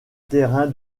terrain